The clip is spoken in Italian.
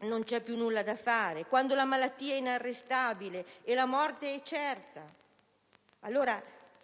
non c'è più nulla da fare, quando la malattia è inarrestabile e la morte è certa.